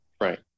Right